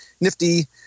nifty